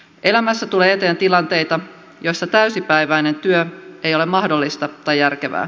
elämässä tulee eteen tilanteita joissa täysipäiväinen työ ei ole mahdollista tai järkevää